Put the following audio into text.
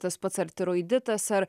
tas pats ar tiroiditas ar